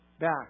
back